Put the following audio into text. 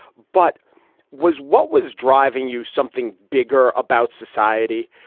but was what was driving you something bigger about society,